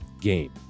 game